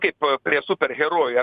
kaip prie superherojų